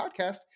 podcast